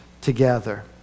together